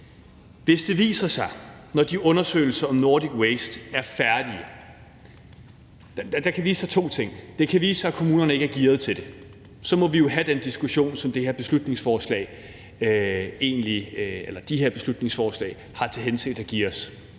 skal belyse. Når de undersøgelser om Nordic Waste er færdige, kan der vise sig to ting. Det kan vise sig, at kommunerne ikke er gearede til det. Så må vi jo have den diskussion, som de her beslutningsforslag egentlig har til hensigt at give os.